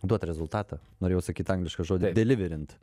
duot rezultatą norėjau sakyt anglišką žodį deliverint